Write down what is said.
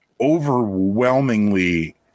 overwhelmingly